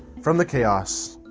from the chaos,